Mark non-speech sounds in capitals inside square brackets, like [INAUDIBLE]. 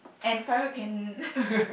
and Farouk can [LAUGHS]